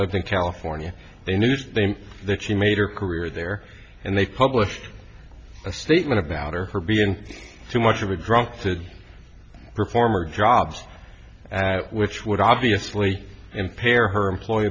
lives in california they knew that she made her career there and they published a statement about her being too much of a drunk sids her former jobs which would obviously impair her employee